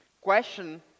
question